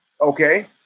okay